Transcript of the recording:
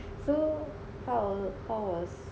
so how err how was